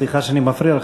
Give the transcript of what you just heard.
סליחה שאני מפריע לך,